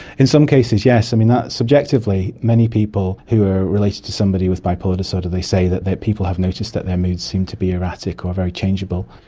in some cases yes. i mean, subjectively, many people who are related to somebody with bipolar disorder, they say that that people have noticed that their moods seem to be erratic or very changeable.